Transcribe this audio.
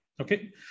Okay